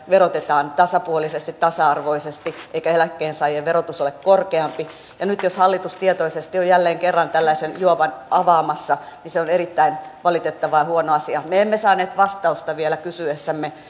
verotetaan tasapuolisesti tasa arvoisesti eikä eläkkeensaajien verotus ole korkeampi ja nyt jos hallitus tietoisesti on jälleen kerran tällaisen juovan avaamassa niin se on erittäin valitettava ja huono asia me emme saaneet vastausta vielä kysyessämme